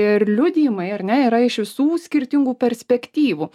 ir liudijimai ar ne yra iš visų skirtingų perspektyvų